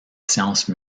science